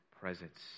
presence